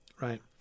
right